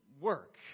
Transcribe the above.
work